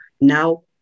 now